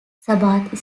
sabbath